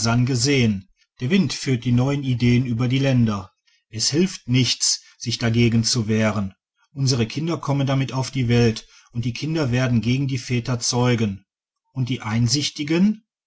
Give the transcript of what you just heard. gesehen der wind führt die neuen ideen über die länder es hilft nichts sich dagegen zu wehren unsere kinder kommen damit auf die welt und die kinder werden gegen die väter zeugen und die einsichtigen